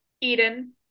Eden